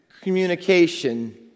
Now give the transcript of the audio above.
communication